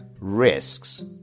risks